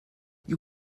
you